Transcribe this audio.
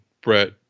Brett